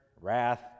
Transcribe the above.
wrath